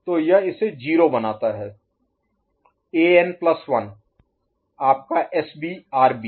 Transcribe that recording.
तो यह इसे 0 बनाता है एन प्लस 1 An1 आपका एसबी आरबी